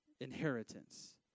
inheritance